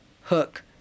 hook